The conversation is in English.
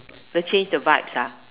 the change the vibes ah